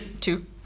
Two